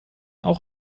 auch